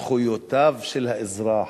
זכויותיו של האזרח,